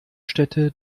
städte